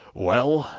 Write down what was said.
well,